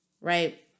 right